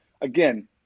again